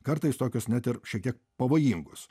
kartais tokius net ir šiek tiek pavojingus